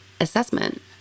assessment